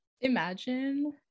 Imagine